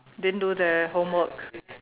didn't do their homework